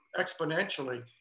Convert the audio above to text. exponentially